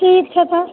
ठीक छै तब